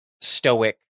stoic